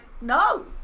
no